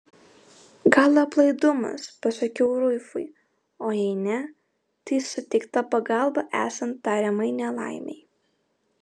gal aplaidumas pasakiau rufui o jei ne tai suteikta pagalba esant tariamai nelaimei